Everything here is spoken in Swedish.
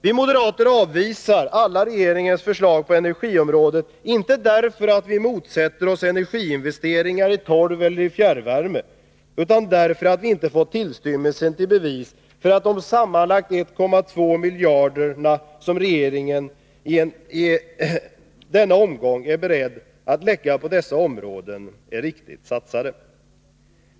Vi moderater avvisar alla regeringens förslag på energiområdet, inte därför att vi motsätter oss energiinvesteringar i torv eller fjärrvärme utan därför att vi inte fått tillstymmelse till bevis för att de sammanlagt 1200 miljoner som regeringen i denna omgång är beredd att lägga på dessa områden är riktigt satsade pengar.